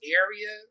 area